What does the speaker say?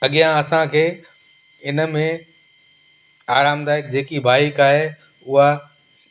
अॻियां असांखे इन में आरामदायकु जेकी बाइक आहे उहा